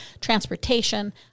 transportation